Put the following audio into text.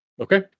Okay